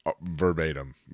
verbatim